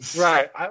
Right